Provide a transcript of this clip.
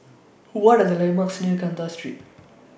What Are The landmarks near Kandahar Street